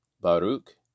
Baruch